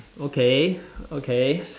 okay okay